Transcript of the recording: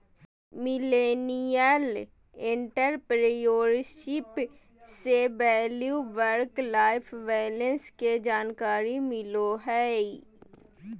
millennial entrepreneurship से value work life balance के जानकारी मिलो हय